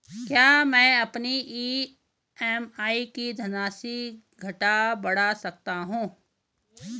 क्या मैं अपनी ई.एम.आई की धनराशि घटा बढ़ा सकता हूँ?